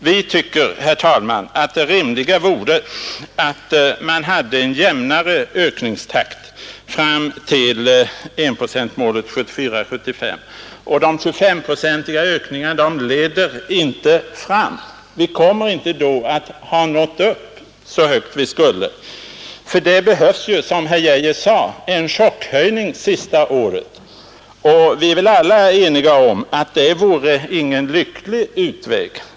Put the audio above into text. Vi tycker, herr talman, att det rimliga vore att man hade en jämnare ökningstakt fram till enprocentsmålet 1974/75 — och de 25-procentiga ökningarna leder inte fram dit. Vi kommer inte att ha nått upp så högt som vi skulle. För att göra detta behövs, som herr Arne Geijer sade, en chockhöjning sista året, och vi är väl alla eniga om att det vore ingen lycklig utväg.